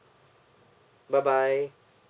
bye bye